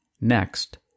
Next